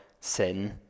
sin